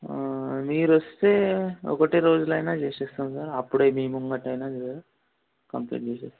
మీరు వస్తే ఒకటే రోజులైనా చేసేస్తాం సార్ అప్పుడే మీ ముందరైనా కంప్లీట్ చేసేస్తాం